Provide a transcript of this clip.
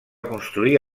construir